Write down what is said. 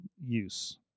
use